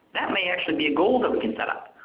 that may actually be a goal that we can set up.